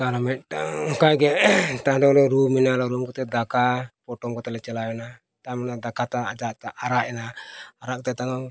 ᱟᱨ ᱢᱤᱫᱴᱟᱝ ᱚᱱᱠᱟᱜᱮ ᱨᱩ ᱢᱮᱱᱟᱜᱼᱟ ᱨᱩ ᱠᱟᱛᱮᱫ ᱫᱟᱠᱟ ᱯᱚᱴᱚᱢ ᱠᱟᱛᱮᱞᱮ ᱪᱟᱞᱟᱣᱮᱱᱟ ᱛᱟᱨᱢᱟᱱᱮ ᱫᱟᱠᱟ ᱫᱚ ᱟᱨᱟᱜ ᱮᱱᱟ ᱟᱨᱟᱜ ᱠᱟᱛᱮᱫ ᱦᱚᱸ